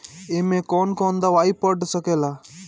ए में कौन कौन दवाई पढ़ सके ला?